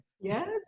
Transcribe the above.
yes